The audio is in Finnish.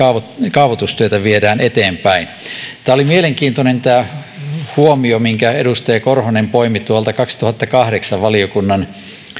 kaavoitustyötä viedään eteenpäin tämä oli mielenkiintoinen tämä huomio minkä edustaja korhonen poimi tuolta kaksituhattakahdeksan valiokunnan